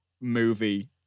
movie